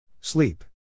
Sleep